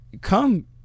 come